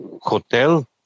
hotel